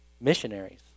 missionaries